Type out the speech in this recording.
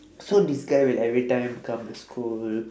so this guy will every time come to school